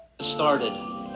Started